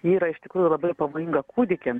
yra iš tikrųjų labai pavojinga kūdikiam